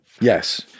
Yes